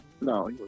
No